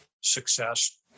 success